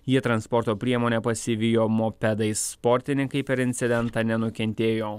jie transporto priemonę pasivijo mopedais sportininkai per incidentą nenukentėjo